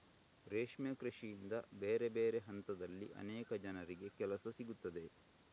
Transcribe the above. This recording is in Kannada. ರೇಷ್ಮೆ ಕೃಷಿಯಿಂದ ಬೇರೆ ಬೇರೆ ಹಂತದಲ್ಲಿ ಅನೇಕ ಜನರಿಗೆ ಕೆಲಸ ಸಿಗ್ತದೆ